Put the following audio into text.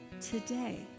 today